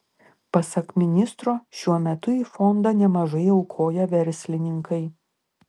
pasak ministro šiuo metu į fondą nemažai aukoja verslininkai